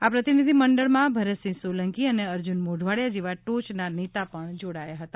આ પ્રતિનિધિ મંડળમાં ભરતસિંહ સોલંકી અને અર્જુન મોઢવાડિયા જેવા ટોયના નેતા પણ જોડાયા હતા